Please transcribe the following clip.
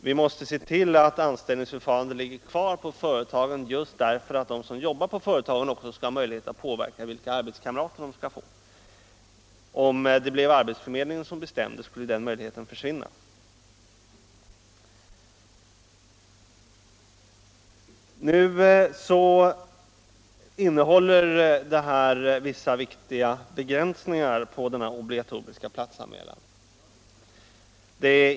Vi måste se till att anställningsförfarandet ligger kvar på företagen just därför att de som jobbar där också skall ha möjlighet att påverka vilka arbetskamrater de skall " få. Om arbetsförmedlingen skulle bestämma, skulle den möjligheten för svinna. Det finns emellertid vissa viktiga begränsningar i fråga om denna obligatoriska platsanmälan.